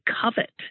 covet